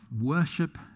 worship